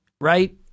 right